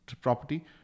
property